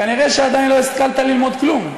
כנראה עדיין לא השכלת ללמוד כלום.